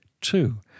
Two